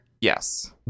Yes